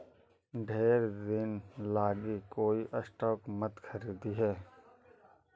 ढेर दिन लागी कोई स्टॉक मत खारीदिहें